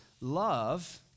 Love